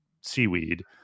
seaweed